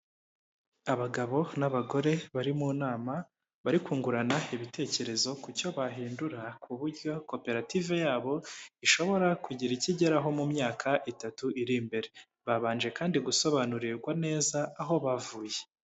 Abagabo n'abagore bari mu nama bari kungurana ibitekerezo ku cyo bahindura ku buryo koperative yabo, ishobora kugira icyo igeraho mu myaka itatu iri imbere, babanje kandi gusobanurirwa neza aho bavuye.